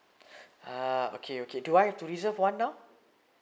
uh okay okay do I have to reserve one now